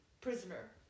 Prisoner